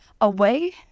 away